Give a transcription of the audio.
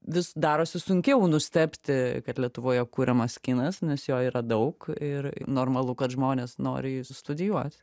vis darosi sunkiau nustebti kad lietuvoje kuriamas kinas nes jo yra daug ir normalu kad žmonės nori jį studijuot